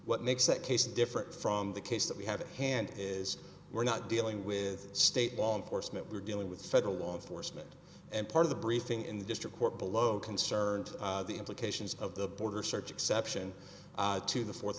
what makes that case different from the case that we have at hand is we're not dealing with state law enforcement we're dealing with federal law enforcement and part of the briefing in the district court below concerned the implications of the border search exception to the fourth